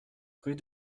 rue